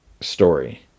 story